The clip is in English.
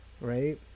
right